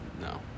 No